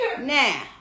Now